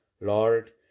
Lord